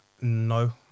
No